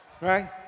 Right